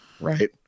right